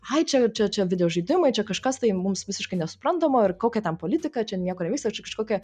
ai čia čia čia videožaidimai čia kažkas tai mums visiškai nesuprantama ir kokia ten politika čia nieko nevyksta čia kažkokie